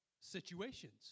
situations